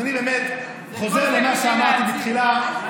אז אני באמת חוזר למה שאמרתי בתחילה,